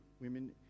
women